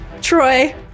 Troy